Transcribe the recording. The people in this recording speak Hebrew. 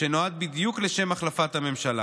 שנועד בדיוק לשם החלפת הממשלה.